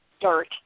dirt